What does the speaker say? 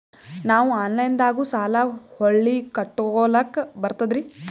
ನಾವು ಆನಲೈನದಾಗು ಸಾಲ ಹೊಳ್ಳಿ ಕಟ್ಕೋಲಕ್ಕ ಬರ್ತದ್ರಿ?